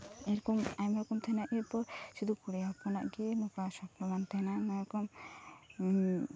ᱮᱨᱚᱠᱚᱢ ᱟᱭᱢᱟ ᱨᱚᱠᱚᱢ ᱛᱟᱦᱮᱱᱟ ᱮᱨᱯᱚᱨ ᱥᱩᱫᱷᱩ ᱠᱩᱲᱤ ᱦᱤᱯᱤᱱᱟᱜ ᱜᱮ ᱱᱚᱝᱠᱟ ᱥᱚᱯᱱᱚ ᱵᱟᱝ ᱛᱟᱦᱮᱱᱟ ᱟᱭᱢᱟ ᱨᱚᱠᱚᱢ